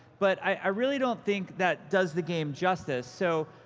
but i really don't think that does the game justice. so,